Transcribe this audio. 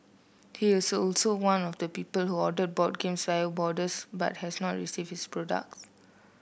he was also one of the people who ordered board games via boarders but has not received his products